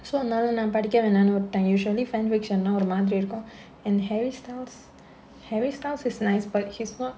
so அதுனால நா படிக்க வேணான்னு விட்டேன்:adhunaala naa padikka vaenaanu vittaen usually fan week நா ஒரு மாதிரி இருக்கும்:naa oru maadhiri irukkum and harry styles harry styles is nice but he's not